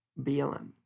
BLM